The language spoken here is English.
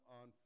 on